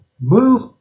move